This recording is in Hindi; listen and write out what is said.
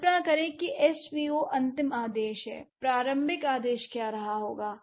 कल्पना करें कि एसवीओ अंतिम आदेश है प्रारंभिक आदेश क्या रहा होगा